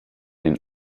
den